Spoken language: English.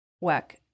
work